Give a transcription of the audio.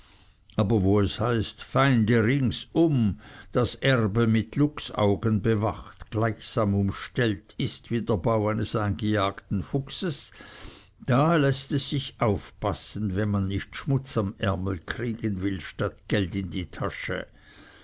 aber wo es heißt feinde ringsum das erbe mit luchsaugen bewacht gleichsam umstellt ist wie der bau eines eingejagten fuchses da läßt es sich aufpassen wenn man nicht schmutz an ärmel kriegen will statt geld in die tasche